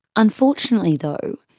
unfortunately though,